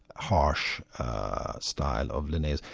harsh style of linnaeus,